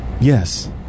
Yes